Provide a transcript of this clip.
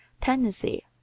Tendency